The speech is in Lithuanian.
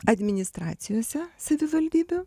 administracijose savivaldybių